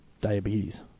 diabetes